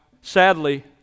sadly